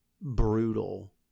brutal